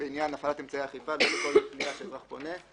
בעניין הפעלת אמצעי אכיפה ולא בכל פנייה שאזרח פונה.